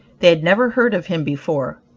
they had never heard of him before.